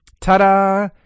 Ta-da